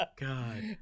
God